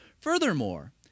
Furthermore